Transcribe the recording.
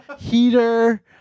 Heater